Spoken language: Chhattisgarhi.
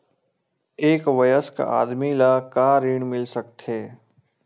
एक वयस्क आदमी ला का ऋण मिल सकथे?